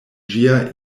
ĝia